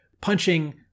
punching